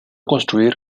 construir